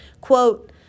quote